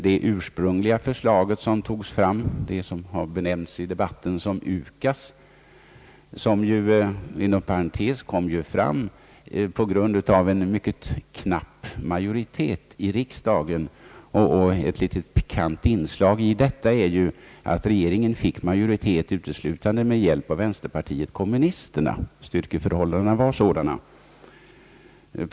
Det ursprungliga förslaget, det som i debatten har benämnts UKAS, kom inom parentes sagt fram på grund av en mycket knapp majoritet i riksdagen. Ett pikant inslag i bilden är ju att regeringen fick majoritet uteslutande med hjälp av vänsterpartiet kommunisterna. Styrkeförhållandena var sådana då.